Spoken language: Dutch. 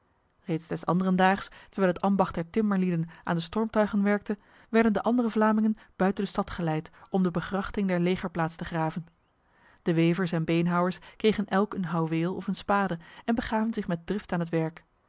reeds des anderdaags terwijl het ambacht der timmerlieden aan de stormtuigen werkte werden de andere vlamingen buiten de stad geleid om de begrachting der legerplaats te graven de wevers en beenhouwers kregen elk een houweel of een spade en begaven zich met drift aan het werk